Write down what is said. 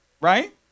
Right